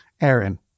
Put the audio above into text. Aaron